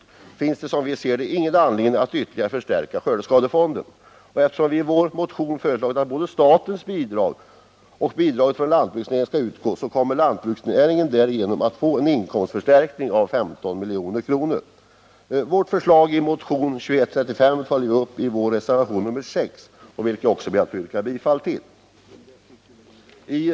Därför finns det som vi ser det ingen anledning att ytterligare förstärka skördeskadefonden. Och eftersom vi i vår motion föreslagit att både statens bidrag och bidraget från lantbruksnäringen skall utgå, så kommer lantbruket därigenom att få en inkomstförstärkning med 15 milj.kr. Vårt förslag i motionen 2135 följer vi upp i reservationen 6, som jag yrkar bifall till.